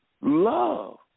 Love